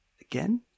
Again